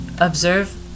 observe